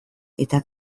eta